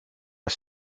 are